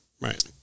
right